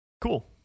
Cool